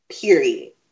Period